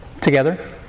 Together